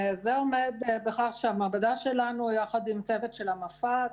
זה עומד בכך שהמעבדה שלנו יחד עם צוות של המפא"ת,